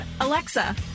Alexa